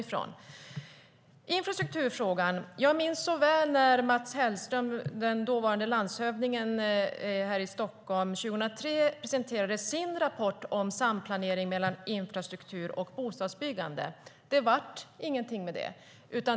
När det gäller infrastrukturfrågan minns jag mycket väl när Mats Hellström, den dåvarande landshövdingen i Stockholm, 2003 presenterade sin rapport om samplanering mellan infrastruktur och bostadsbyggande. Det blev ingenting av med det.